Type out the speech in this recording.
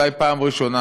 אולי בפעם הראשונה,